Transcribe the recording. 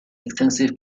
extensive